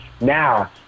now